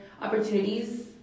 opportunities